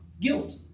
guilt